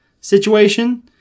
situation